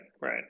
Right